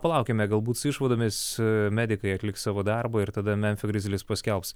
palaukime galbūt su išvadomis medikai atliks savo darbą ir tada memfio grizlis paskelbs